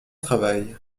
travail